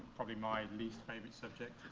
probably my least favorite subject